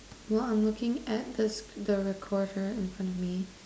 well I'm looking at this the recorder in front of me